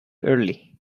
early